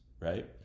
right